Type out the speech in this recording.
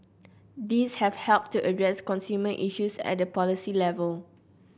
these have helped to address consumer issues at the policy level